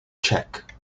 check